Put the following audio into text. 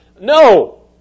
No